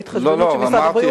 בהתחשבנות של משרד הבריאות?